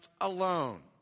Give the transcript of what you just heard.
alone